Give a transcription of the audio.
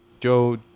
Joe